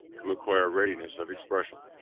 to acquire readiness of expression.